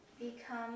become